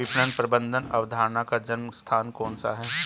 विपणन प्रबंध अवधारणा का जन्म स्थान कौन सा है?